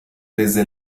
desde